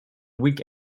week